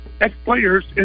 ex-players